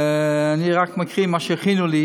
ואני רק מקריא את מה שהכינו לי